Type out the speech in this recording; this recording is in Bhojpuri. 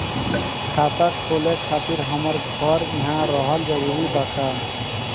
खाता खोले खातिर हमार घर इहवा रहल जरूरी बा का?